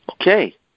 Okay